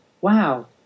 wow